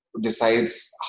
decides